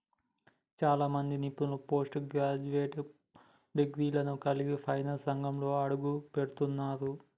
చాలా మంది నిపుణులు పోస్ట్ గ్రాడ్యుయేట్ డిగ్రీలను కలిగి ఫైనాన్స్ రంగంలోకి అడుగుపెడుతున్నరు